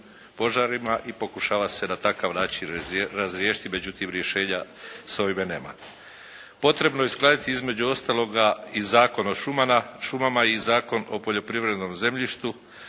požarima i pokušava se na takav način razriješiti. Međutim, rješenja s ovime nema. Potrebno je uskladiti između ostaloga i Zakon o šumama i Zakon o poljoprivrednom zemljištu.